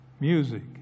music